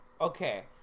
Okay